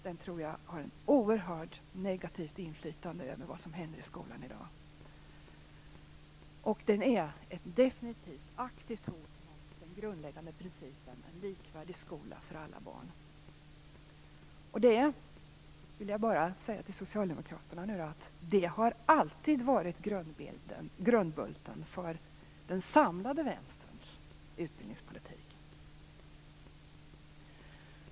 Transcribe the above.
Den tror jag har ett oerhört negativt inflytande över vad som händer i skolan i dag. Den är också definitivt ett aktivt hot mot den grundläggande princip om en likvärdig skola för alla barn som, det vill jag säga till socialdemokraterna, alltid har varit grundbulten för den samlade vänsterns utbildningspolitik.